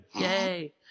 Yay